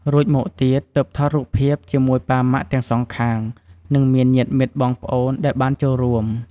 រួចមកទៀត ទើបថតរូបភាពជាមួយប៉ាម៉ាក់ទាំងសងខាង និងមានញាតិមិត្តបងប្អូនដែលបានចូលរួម។